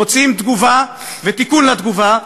מוציאים תגובה ותיקון לתגובה,